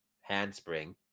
handspring